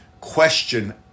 question